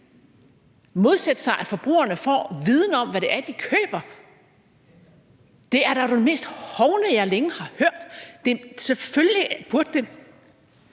mærkningsordning, at forbrugerne får viden om, hvad det er, de køber, er dog det mest hovne, jeg længe har hørt. Det burde være